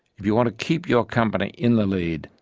if you want to keep your company in the lead,